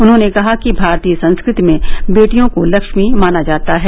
उन्होंने कहा कि भारतीय संस्कृति में बेटियों को लक्ष्मी माना जाता है